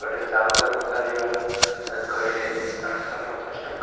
ଗୋଟେ ଚାର୍ଜର୍ ପଚାରିବାରୁ କହିଲେ ଆଠଶହ ପଚାଶ ଟଙ୍କା